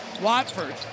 Watford